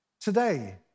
today